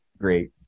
great